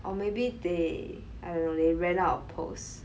or maybe they I don't know ran out of pearls